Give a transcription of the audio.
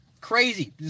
Crazy